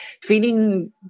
feeling